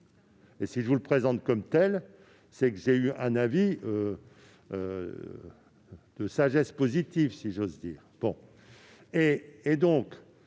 Si je vous le présente comme tel, c'est que j'ai obtenu un avis de « sagesse positive », si j'ose dire.